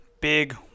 big